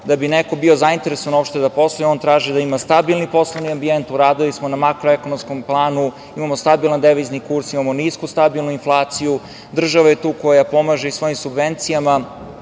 da bi neko bio zainteresovan uopšte da posluje on traži da ima stabilni poslovni ambijent. Uradili smo na makroekonomskom planu da imamo stabilan devizni kurs, imamo nisku stabilnu inflaciju, država je tu koja pomaže i svojim subvencijama